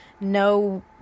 no